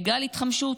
גל התחמשות.